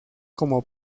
como